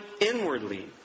inwardly